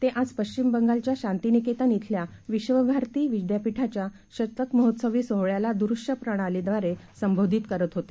तेआजपश्चिमबंगालच्या Shantiniketan खिल्याविश्वभारतीविद्यापीठाच्याशतकमहोत्सवीसोहळ्यालादूरदृष्यप्रणालीद्वारेसंबोधितकरतहोते